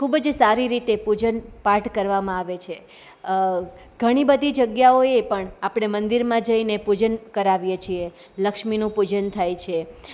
ખૂબ જ સારી રીતે પૂજન પાઠ કરવામાં આવે છે ઘણી બધી જગ્યાઓએ પણ આપણે મંદિરમાં જઈને પૂજન કરાવીએ છીએ લક્ષ્મીનું પૂજન થાય છે